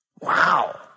Wow